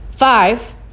Five